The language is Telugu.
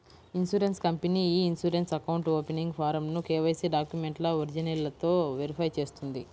insurance company e insurance account opening ఫారమ్ను కేవైసీ డాక్యుమెంట్ల ఒరిజినల్లతో వెరిఫై చేస్తుంది